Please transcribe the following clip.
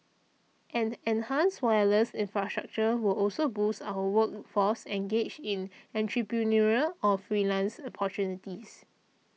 an enhanced wireless infrastructure will also boost our workforce engaged in entrepreneurial or freelance opportunities